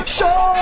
Show